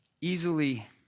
Easily